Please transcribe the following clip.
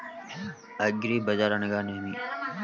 అగ్రిబజార్ అనగా నేమి?